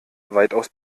weitaus